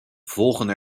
volgen